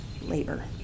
labor